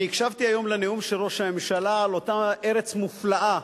אני הקשבתי היום לנאום של ראש הממשלה על אותה ארץ מופלאה,